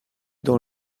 dans